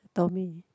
Tomy